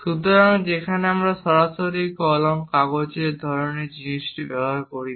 সুতরাং সেখানে আমরা সরাসরি এই কলম কাগজের ধরণের জিনিস ব্যবহার করি না